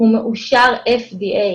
הוא מאושר FDA,